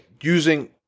using